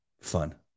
fun